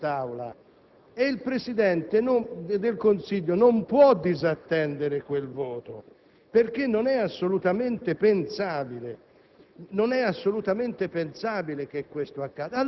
lei ha registrato il voto di quest'Aula e il Presidente del Consiglio non può disattendere quel voto. Non è assolutamente pensabile